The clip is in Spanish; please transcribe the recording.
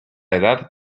edad